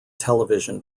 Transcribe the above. television